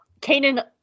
Kanan